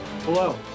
Hello